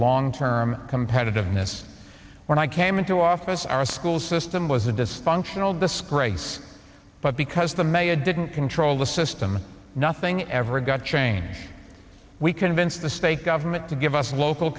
long term competitiveness when i came into office our school system was a dysfunctional disgrace but because the mega didn't control the system nothing ever got change we convinced the state government to give us local